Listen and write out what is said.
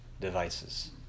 devices